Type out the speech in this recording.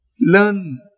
Learn